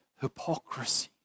hypocrisy